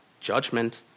judgment